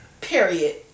Period